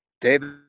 david